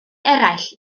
eraill